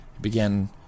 began